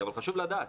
אבל חשוב לדעת,